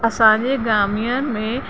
असांजे गामियुनि में